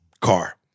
car